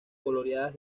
coloreadas